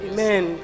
Amen